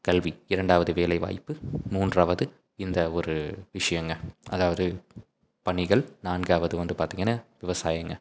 கல்வி இரண்டாவது வேலைவாய்ப்பு மூன்றாவது இந்த ஒரு விஷயம்ங்க அதாவது பணிகள் நான்காவது வந்து பார்த்திங்கன்னா விவசாயம்ங்க